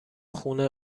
خونه